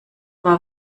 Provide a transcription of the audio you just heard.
war